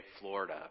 Florida